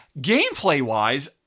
Gameplay-wise